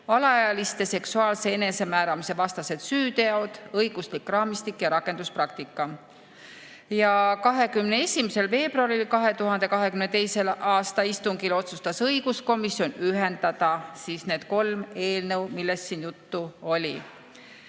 "Alaealiste seksuaalse enesemääramise vastased süüteod – õiguslik raamistik ja rakenduspraktika". 21. veebruari 2022. aasta istungil otsustas õiguskomisjon ühendada need kolm eelnõu, millest siin juttu oli.